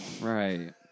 Right